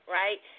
right